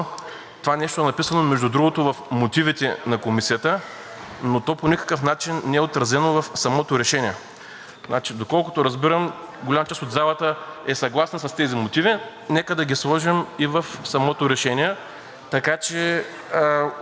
решение. Доколкото разбирам, голяма част от залата е съгласна с тези мотиви. Нека да ги сложим и в самото решение, така че отбранителните способности на страната да не намаляват. Второто нещо, на което искам да Ви обърна внимание, е по точка